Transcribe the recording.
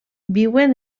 viuen